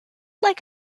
like